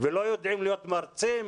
ולא יודעים להיות מרצים?